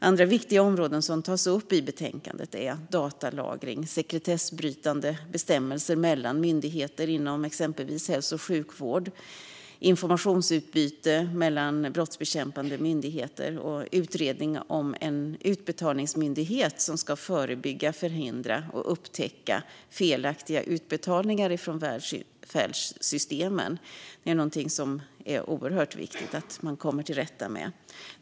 Andra viktiga områden som tas upp i betänkandet är datalagring, sekretessbrytande bestämmelser mellan myndigheter inom hälso och sjukvård och informationsutbyte mellan brottsbekämpande myndigheter, liksom en utredning om en utbetalningsmyndighet som ska förebygga, förhindra och upptäcka felaktiga utbetalningar från välfärdssystemen. Det är något som det är oerhört viktigt att komma till rätta med.